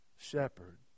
shepherd